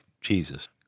Jesus